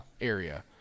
area